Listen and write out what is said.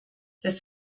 das